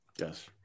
Yes